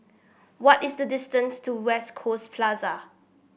what is the distance to West Coast Plaza